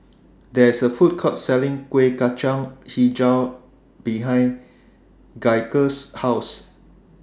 There IS A Food Court Selling Kuih Kacang Hijau behind Gaige's House